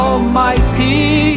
Almighty